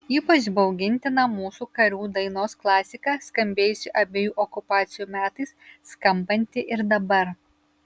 ypač baugintina mūsų karių dainos klasika skambėjusi abiejų okupacijų metais skambanti ir dabar